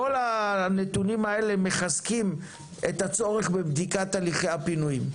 כל הנתונים האלה מחזקים את הצורך בבדיקת הליכי הפינויים.